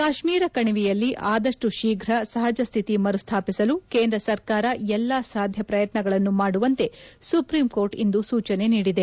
ಕಾಶ್ಮೀರ ಕಣಿವೆಯಲ್ಲಿ ಆದಪ್ಟು ಶೀಘ್ರ ಸಹಜ ಸ್ಥಿತಿ ಮರುಸ್ಥಾಪಿಸಲು ಕೇಂದ್ರ ಸರ್ಕಾರ ಎಲ್ಲ ಸಾಧ್ಯ ಪ್ರಯತ್ನಗಳನ್ನು ಮಾಡುವಂತೆ ಸುಪ್ರೀಂಕೋರ್ಟ್ ಇಂದು ಸೂಚನೆ ನೀಡಿದೆ